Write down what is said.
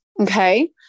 Okay